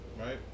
right